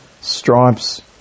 stripes